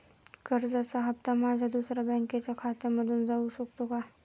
कर्जाचा हप्ता माझ्या दुसऱ्या बँकेच्या खात्यामधून जाऊ शकतो का?